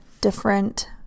different